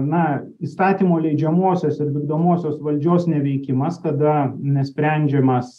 na įstatymų leidžiamosios ir vykdomosios valdžios neveikimas kada nesprendžiamas